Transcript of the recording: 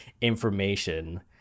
information